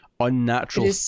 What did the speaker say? unnatural